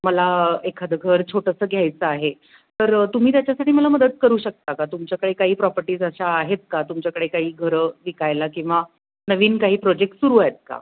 मला एखादं घर छोटंसं घ्यायचं आहे तर तुम्ही त्याच्यासाठी मला मदत करू शकता का तुमच्याकडे काही प्रॉपर्टीज अशा आहेत का तुमच्याकडे काही घरं विकायला किंवा नवीन काही प्रोजेक्ट सुरू आहेत का